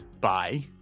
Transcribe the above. bye